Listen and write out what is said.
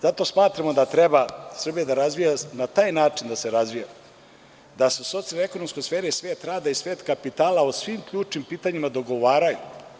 Zato smatramo da treba Srbija treba da se na taj način razvija, da se u socijalno-ekonomskom sferi svet rada i svet kapitala o svim ključnim pitanjima dogovaraju.